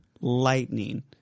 lightning